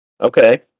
Okay